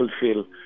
fulfill